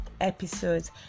episodes